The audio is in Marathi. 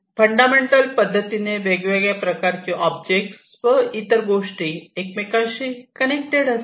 फंडामेंट्ल पद्धतीने वेगवेगळ्या प्रकारचे ऑब्जेक्ट व इतर गोष्टी एकमेकांशी कनेक्टेड असतात